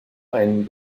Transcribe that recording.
ein